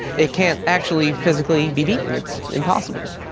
they can't actually physically be beaten it's impossible.